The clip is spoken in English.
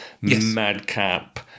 madcap